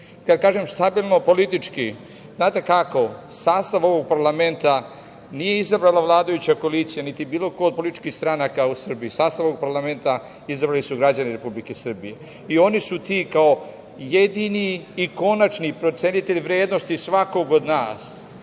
Kad kažem stabilna politički, znate kako, sastav ovog parlamenta nije izabrala vladajuća koalicija, niti bilo ko od političkih stranaka u Srbiji, sastav ovog parlamenta izabrali su građani Republike Srbije i oni su ti kao jedini i konačni procenitelj vrednosti svakog od nas.